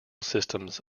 systems